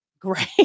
Great